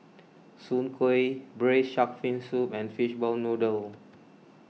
Soon Kway Braised Shark Fin Soup and Fishball Noodle